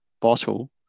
bottle